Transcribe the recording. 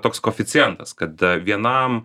toks koeficientas kad vienam